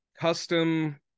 custom